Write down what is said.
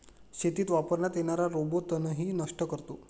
शेतीत वापरण्यात येणारा रोबो तणही नष्ट करतो